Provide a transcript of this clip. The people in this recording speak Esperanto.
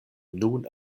nun